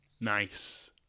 Nice